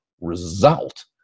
result